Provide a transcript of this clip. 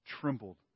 Trembled